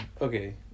Okay